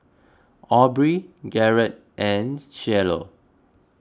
Aubrey Garett and Cielo